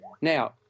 Now